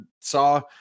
saw